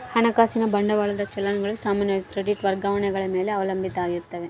ಹಣಕಾಸಿನ ಬಂಡವಾಳದ ಚಲನ್ ಗಳು ಸಾಮಾನ್ಯವಾಗಿ ಕ್ರೆಡಿಟ್ ವರ್ಗಾವಣೆಗಳ ಮೇಲೆ ಅವಲಂಬಿತ ಆಗಿರ್ತಾವ